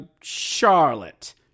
Charlotte